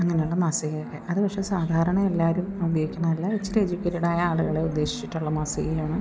അങ്ങനെയുള്ള മാസികയൊക്കെ അത് പക്ഷെ സാധാരണ എല്ലാവരും ഉപയോഗിക്കുന്നതല്ല ഇച്ചിരി എഡ്യൂക്കേറ്റഡ് ആയ ആളുകളെ ഉദ്ദേശിച്ചിട്ടുള്ള മാസികയാണ്